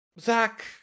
Zach